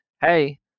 hey